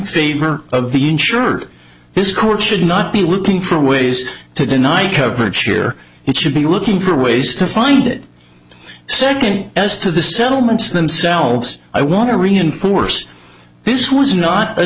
favor of the insured this court should not be looking for ways to deny coverage here and should be looking for ways to find it second as to the settlements themselves i want to reinforce this was not a